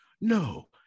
No